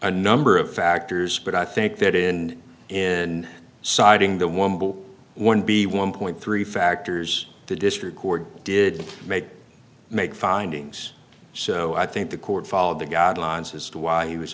a number of factors but i think that in and citing the one book one be one point three factors the district court did make make findings so i think the court follow the guidelines as to why he was